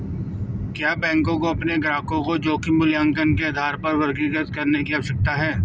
क्या बैंकों को अपने ग्राहकों को जोखिम मूल्यांकन के आधार पर वर्गीकृत करने की आवश्यकता है?